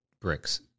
bricks